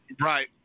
Right